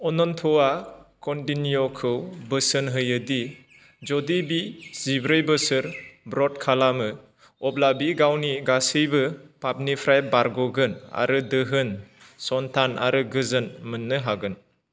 अनन्तआ कौन्डिन्यखौ बोसोन होयो दि जुदि बि जिब्रै बोसोर ब्रत खालामो अब्ला बि गावनि गासैबो पापनिफ्राय बारग'गोन आरो दोहोन सन्तान आरो गोजोन मोननो हागोन